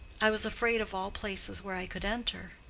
i was afraid of all places where i could enter.